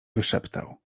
wyszeptał